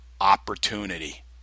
opportunity